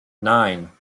nine